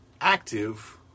active